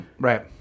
Right